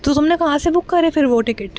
تو تم نے کہاں سے بک کرے پھر وہ ٹکٹ